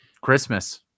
christmas